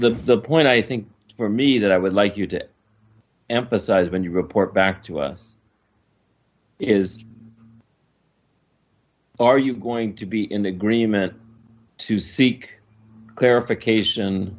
the the point i think for me that i would like you to emphasize when you report back to us is are you going to be in agreement to seek clarification